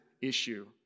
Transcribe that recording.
issue